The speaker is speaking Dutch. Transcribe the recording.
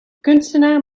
kunstenaar